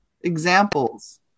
examples